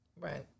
Right